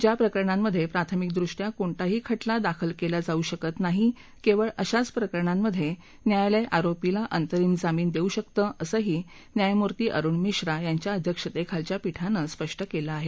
ज्या प्रकरणांमध्ये प्राथमिकदृष्ट्या कोणताही खा ना दाखल केला जाऊ शकत नाही केवळ अशाच प्रकरणांमध्ये न्यायालय आरोपीला अंतरिम जामीन देऊ शकते असंही न्याययमूर्ती अरूण मिश्रा यांच्या अध्यरक्षतेखालच्या पीठानं स्पष्ट केलं आहे